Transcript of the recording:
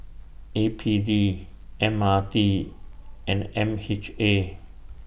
A P D M R T and M H A